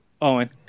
Owen